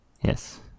Yes